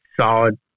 solid